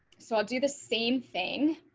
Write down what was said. so i'll do the same thing.